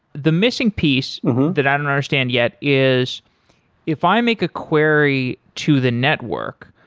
the missing piece that i don't understand yet is if i make a query to the network,